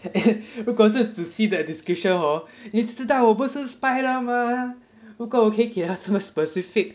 and then 如果是仔细的 description hor then 就知道我不是 spy liao mah 如果我可以给他这么 specific